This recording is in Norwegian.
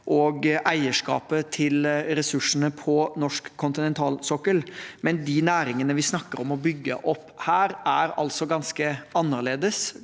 og eierskapet til ressursene på norsk kontinentalsokkel. Men de næringene vi snakker om å bygge opp her, er altså ganske annerledes.